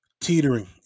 teetering